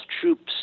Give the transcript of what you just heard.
troops